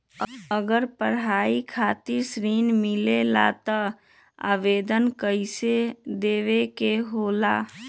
अगर पढ़ाई खातीर ऋण मिले ला त आवेदन कईसे देवे के होला?